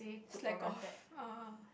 slack off ah